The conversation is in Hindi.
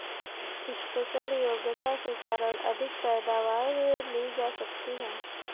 स्पेशल योग्यता के कारण अधिक पैदावार ली जा सकती है